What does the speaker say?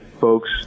folks